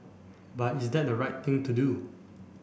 but is that the right thing to do